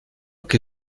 que